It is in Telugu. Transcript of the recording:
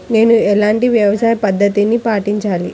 నేను ఎలాంటి వ్యవసాయ పద్ధతిని పాటించాలి?